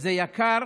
זה יקר